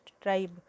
tribe